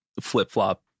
flip-flop